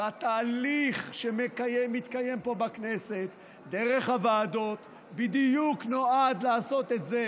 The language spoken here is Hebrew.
התהליך שמתקיים פה בכנסת דרך הוועדות נועד בדיוק לעשות את זה: